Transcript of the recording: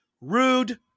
RUDE